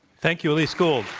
thank you, elise gould.